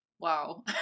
Wow